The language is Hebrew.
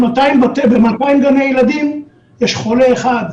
ב-200 גני-ילדים יש חולה אחד,